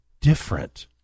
different